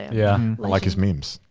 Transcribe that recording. yeah like his memes.